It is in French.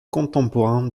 contemporain